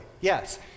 Yes